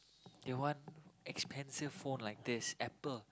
they want expensive phone like this Apple